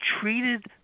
treated